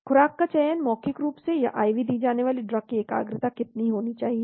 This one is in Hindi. खुराक का चयन मौखिक रूप से या IV दी जाने वाली ड्रग की एकाग्रता कितनी होनी चाहिए